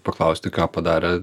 paklausti ką padarė